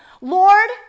Lord